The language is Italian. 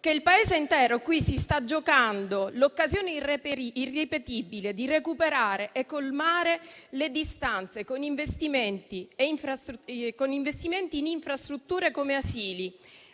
che il Paese intero si sta giocando l'occasione irripetibile di recuperare e colmare le distanze con investimenti in infrastrutture come asili,